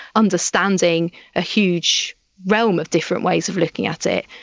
understanding a huge role um of different ways of looking at it,